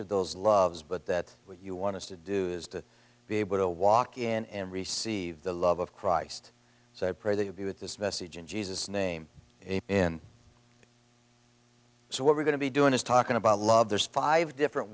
of those loves but that what you want to do is to be able to walk in and receive the love of christ so i pray they have you with this message in jesus name a in so what we're going to be doing is talking about love there's five different